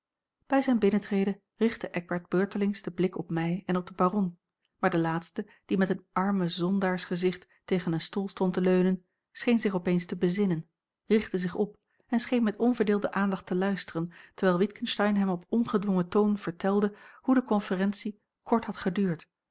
bij zijn binnentreden richtte eckbert beurtelings den blik op a l g bosboom-toussaint langs een omweg mij en op den baron maar de laatste die met een arme zon daarsgezicht tegen een stoel stond te leunen scheen zich opeens te bezinnen richtte zich op en scheen met onverdeelde aandacht te luisteren terwijl witgensteyn hem op ongedwongen toon vertelde hoe de conferentie kort had geduurd